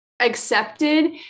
accepted